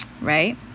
right